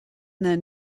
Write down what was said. then